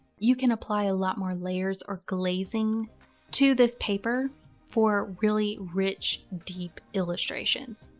you can apply a lot more layers or glazing to this paper for really rich deep illustrations.